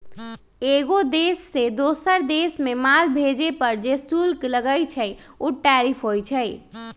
एगो देश से दोसर देश मे माल भेजे पर जे शुल्क लगई छई उ टैरिफ होई छई